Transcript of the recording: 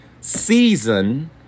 season